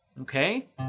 Okay